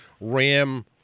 ram